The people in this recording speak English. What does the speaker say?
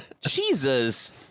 Jesus